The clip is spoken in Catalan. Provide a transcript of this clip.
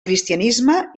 cristianisme